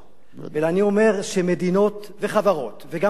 ואני אומר שמדינות וחברות, וגם הבודד,